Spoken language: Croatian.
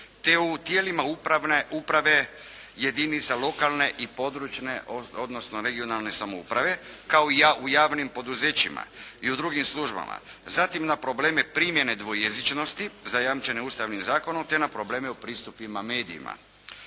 te u tijelima uprave jedinica lokalne i područne odnosno regionalne samouprave kao u javnim poduzećima i u drugim službama, zatim na probleme primjene dvojezičnosti zajamčene Ustavnim zakonom te na probleme o pristupima medijima.